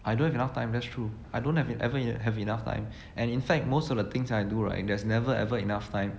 I don't have enough time that's true I don't have ever have enough time and in fact most of the things I do right there's never ever ever enough time